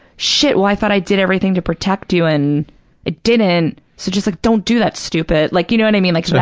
shit, well, i thought i did everything to protect you and it didn't, so just like, don't do that, stupid. like, you know what and i mean? like so,